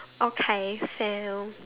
okay so